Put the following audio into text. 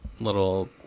little